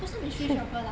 不是 mystery shopper 啦